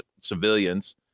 civilians